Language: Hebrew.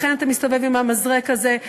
לכן אתה מסתובב עם המזרק הזה.